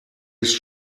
ist